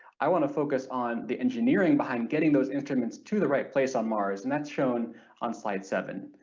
i want to focus on the engineering behind getting those instruments to the right place on mars and that's shown on slide seven.